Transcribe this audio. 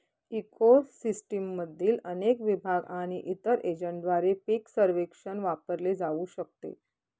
eco सिस्टीममधील अनेक विभाग आणि इतर एजंटद्वारे पीक सर्वेक्षण वापरले जाऊ शकते